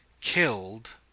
killed